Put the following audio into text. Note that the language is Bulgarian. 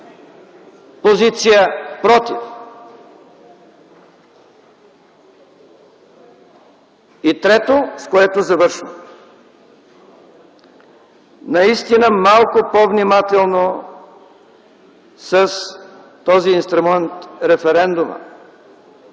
позиция „против”. Трето, с което завършвам. Наистина малко по-внимателно с този инструмент – референдума.